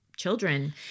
children